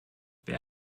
wer